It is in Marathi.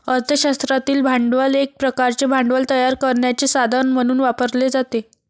अर्थ शास्त्रातील भांडवल एक प्रकारचे भांडवल तयार करण्याचे साधन म्हणून वापरले जाते